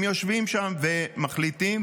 הם יושבים שם ומחליטים,